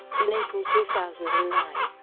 in april two thousand and nine,